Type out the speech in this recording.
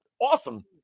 awesome